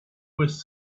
was